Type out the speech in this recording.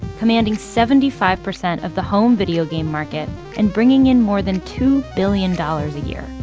commanding seventy five percent of the home videogame market and bringing in more than two billion dollars a year.